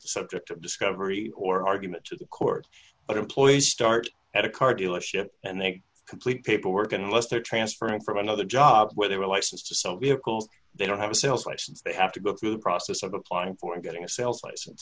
subject of discovery or argument to the court but employees start at a car dealership and they complete paperwork unless they're transferring from another job where they were licensed to so we are cols they don't have a sales license they have to go through the process of applying for and getting a sales license